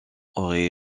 auraient